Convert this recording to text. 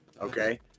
okay